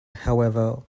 however